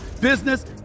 business